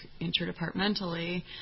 interdepartmentally